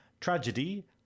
Tragedy